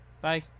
Bye